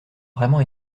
vraiment